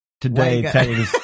Today